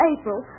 April